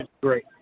great